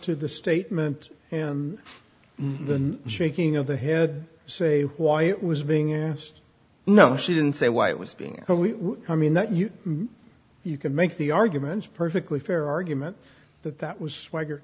to the statement and the shaking of the head say why it was being asked no she didn't say why it was being i mean that you you can make the argument perfectly fair argument that that was wagger